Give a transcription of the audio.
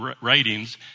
writings